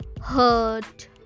hurt